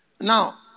Now